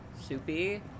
Soupy